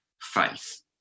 faith